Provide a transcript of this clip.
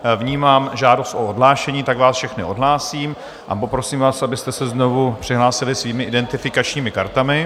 Vnímám žádost o odhlášení, tak vás všechny odhlásím a poprosím vás, abyste se znovu přihlásili svými identifikačními kartami.